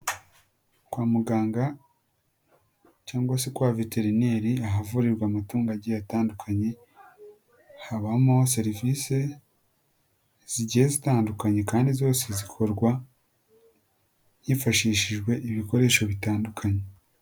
Kwa muganga cyangwa se kwa veterineri ahavurirwa amatungo agiye atandukanye, habamo serivisi zigiye zitandukanye kandi zose zikorwa hifashishijwe ibikoresho bitandukanye.